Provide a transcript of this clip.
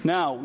Now